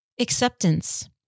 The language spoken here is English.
Acceptance